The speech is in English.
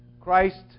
Christ